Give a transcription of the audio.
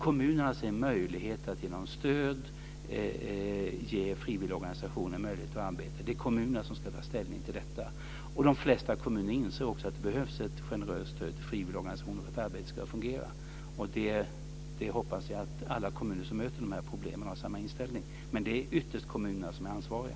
Kommunerna har sedan möjlighet att genom stöd ge frivilligorganisationer möjligheter att arbeta. Det är kommunerna som ska ställning till detta. Och de flesta kommuner inser också att det behövs ett generöst stöd till frivilligorganisationer för att arbetet ska fungera. Jag hoppas att alla kommuner som möter de här problemen har samma inställning. Men det är ytterst kommunerna som är ansvariga.